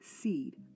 seed